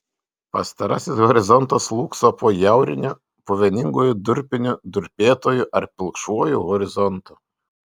pastarasis horizontas slūgso po jauriniu puveninguoju durpiniu durpėtuoju ar pilkšvuoju horizontu